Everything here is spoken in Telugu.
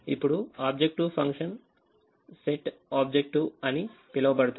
ఇప్పుడు ఆబ్జెక్టివ్ ఫంక్షన్ సెట్ ఆబ్జెక్టివ్ అని పిలువబడుతుంది